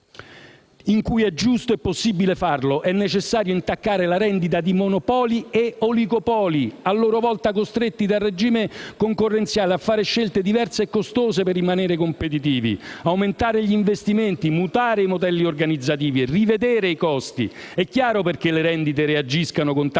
in cui è giusto e possibile farlo, è necessario intaccare la rendita di monopoli e oligopoli, a loro volta costretti dal regime concorrenziale a fare scelte diverse e costose per rimanere competitivi: aumentare gli investimenti, mutare i modelli organizzativi e rivedere i costi. È chiaro dunque perché le rendite reagiscano con tanta